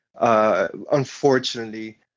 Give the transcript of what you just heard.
unfortunately